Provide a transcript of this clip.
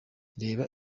reba